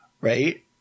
Right